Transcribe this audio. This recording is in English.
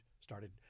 started